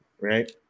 Right